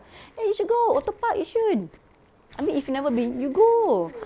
ya you should go ORTO park yishun if you've never been you go